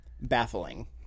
baffling